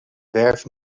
werf